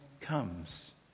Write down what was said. comes